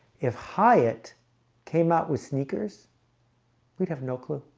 if hyatt came out with sneakers we'd have no clue